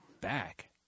back